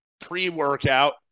pre-workout